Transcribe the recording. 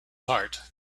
heart